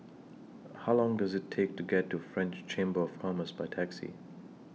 How Long Does IT Take to get to French Chamber of Commerce By Taxi